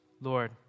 Lord